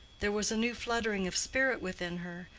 there was a new fluttering of spirit within her,